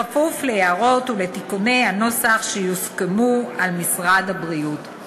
בכפוף להערות ולתיקוני הנוסח שיוסכמו על משרד הבריאות.